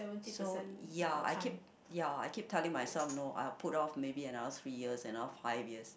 so ya I keep ya I keep telling myself no I have put off maybe another three years another five years